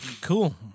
Cool